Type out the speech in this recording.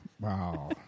wow